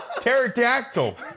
Pterodactyl